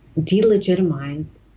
delegitimize